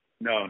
no